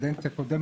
אגב,